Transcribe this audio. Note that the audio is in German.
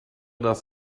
das